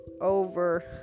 over